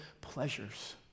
pleasures